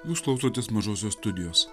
jūs klausotės mažosios studijos